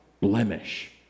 blemish